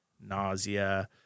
nausea